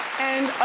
and.